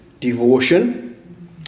devotion